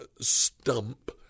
stump